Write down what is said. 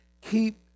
keep